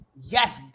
Yes